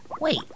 Wait